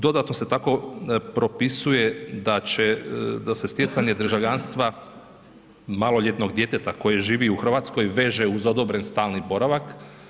Dodatno se tako propisuje da se stjecanje državljanstva maloljetnog djeteta koje živi u Hrvatskoj veže uz odobren stalni boravak.